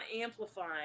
amplifying